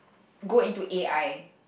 go into A_I